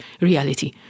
reality